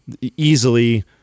easily